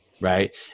right